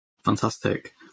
Fantastic